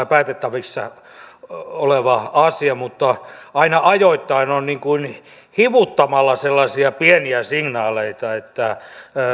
päätettävissä oleva asia mutta aina ajoittain on niin kuin hivuttamalla sellaisia pieniä signaaleita että